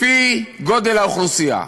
לפי גודל האוכלוסייה,